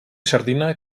sardina